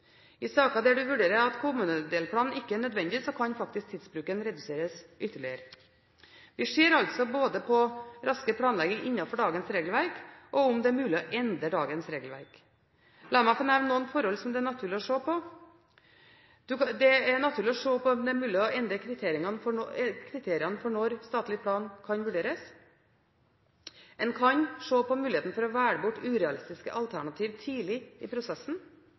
I saker der man vurderer at kommunedelplan ikke er nødvendig, kan tidsbruken reduseres ytterligere. Vi ser altså både på raskere planlegging innenfor dagens regelverk og på om det er mulig å endre regelverket. La meg få nevne noen forhold det er naturlig å se på. Det er naturlig å se på om det er mulig å endre kriteriene for når statlig plan kan vurderes. En kan se på muligheten for å velge bort urealistiske alternativer tidlig i prosessen,